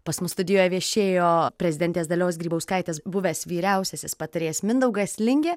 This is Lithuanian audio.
pas mus studijoje viešėjo prezidentės dalios grybauskaitės buvęs vyriausiasis patarėjas mindaugas lingė